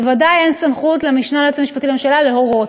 בוודאי אין סמכות למשנה ליועץ המשפטי לממשלה להורות.